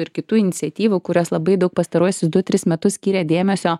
ir kitų iniciatyvų kurios labai daug pastaruosius du tris metus skyrė dėmesio